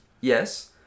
yes